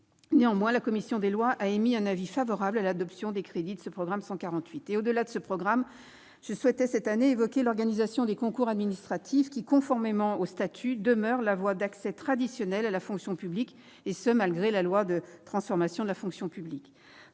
Néanmoins, la commission des lois a émis un avis favorable sur les crédits du programme 148. Plus largement, je souhaite évoquer l'organisation des concours administratifs, qui, conformément au statut, demeurent la voie d'accès traditionnelle à la fonction publique, malgré la loi de transformation de la fonction publique.